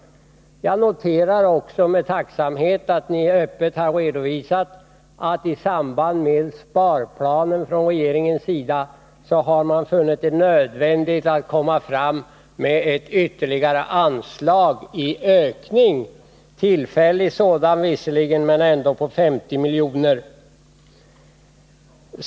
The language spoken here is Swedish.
Jag noterar tacksamt att ni öppet har redovisat att man i samband med sparplanen från regeringens sida har funnit det nödvändigt med ytterligare ett anslag — visserligen är det tillfälligt, men det rör sig ändå om 50 miljoner.